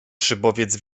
szybowiec